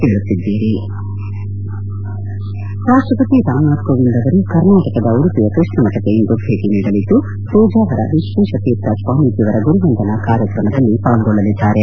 ದ್ರೇಕ್ ರಾಷ್ಟಪತಿ ರಾಮ್ನಾಥ್ ಕೋವಿಂದ್ ಅವರು ಕರ್ನಾಟಕದ ಉಡುಪಿಯ ಕೃಷ್ಣಮಠಕ್ಕೆ ಇಂದು ಭೇಟಿ ನೀಡಲಿದ್ದು ಪೇಜಾವರ ವಿಶ್ವೇಶ ತೀರ್ಥ ಸ್ವಾಮೀಜಿಯವರ ಗುರುವಂದನಾ ಕಾರ್ಯಕ್ರಮದಲ್ಲಿ ಪಾಲ್ಗೊಳ್ಳಲಿದ್ದಾರೆ